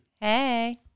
Hey